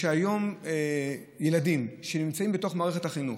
היום ילדים שנמצאים בתוך מערכת החינוך,